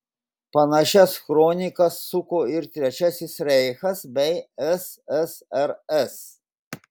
panašias kronikas suko ir trečiasis reichas bei ssrs